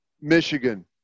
Michigan